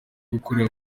gukora